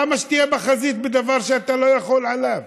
למה שתהיה בחזית בדבר שאתה לא יכול עליו,